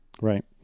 Right